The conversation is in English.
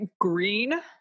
green